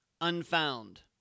Unfound